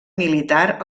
militar